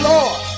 Lord